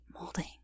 molding